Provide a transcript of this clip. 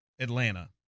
Atlanta